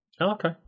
okay